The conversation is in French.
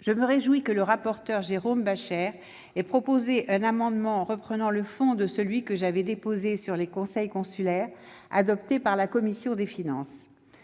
Je me réjouis que le rapporteur, Jérôme Bascher, ait proposé un amendement reprenant l'objet de celui que j'avais déposé sur les conseils consulaires et l'ait fait adopter par la commission des finances.